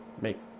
make